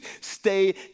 stay